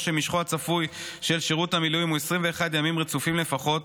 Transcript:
או שמשכו הצפוי של שירות המילואים הוא 21 ימים רצופים לפחות,